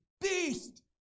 beast